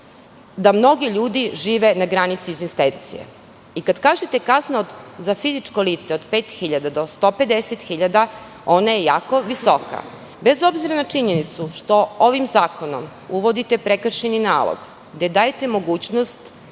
da mnogi ljudi žive na granici egzistencije. Kad kažete, kazna za fizičko lice od pet hiljada do 150 hiljada, ona je jako visoka. Bez obzira na činjenicu što ovim zakonom uvodite prekršajni nalog, gde dajete mogućnost